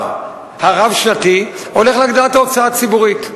הרב-שנתי הולכים להגדלת ההוצאה הציבורית.